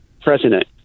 president